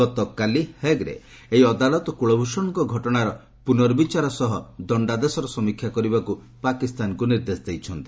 ଗତକାଲି ହେଗ୍ରେ ଏହି ଅଦାଲତ କୁଳଭୂଷଣଙ୍କ ଘଟଣାର ପୁନର୍ବଚାର ସହ ଦଶ୍ଡାଦେଶର ସମୀକ୍ଷା କରିବାକୁ ପାକିସ୍ତାନକୁ ନିର୍ଦ୍ଦେଶ ଦେଇଛନ୍ତି